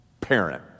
parent